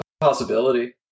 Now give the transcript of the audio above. possibility